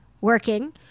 working